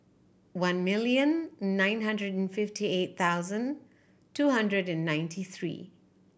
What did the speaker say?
one million nine hundred and fifty eight thousand two hundred and ninety three